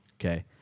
okay